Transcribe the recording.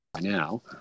now